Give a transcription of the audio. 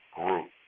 group